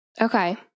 Okay